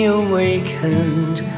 awakened